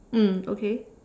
mm okay